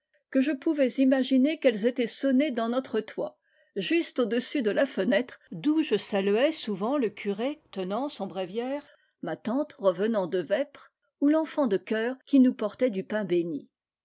que je pouvais imaginer qu'elles étaient sonnées dans notre toit juste au-dessus de la fenêtre d'où je saluais souvent le curé tenant son bréviaire ma tante revenant de vêpres ou l'enfant de chœur qui nous portait du pain bénit